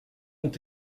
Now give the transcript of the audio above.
ont